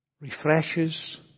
refreshes